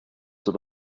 zur